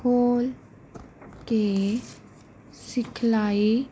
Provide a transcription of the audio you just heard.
ਖੋਲ੍ਹ ਕੇ ਸਿਖਲਾਈ